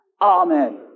Amen